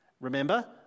Remember